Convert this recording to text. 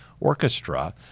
Orchestra